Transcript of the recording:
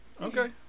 Okay